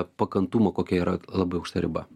pakantumo kokia yra labai aukšta riba